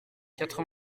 quatre